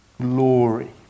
glory